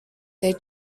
they